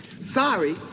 Sorry